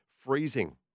freezing